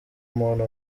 muntu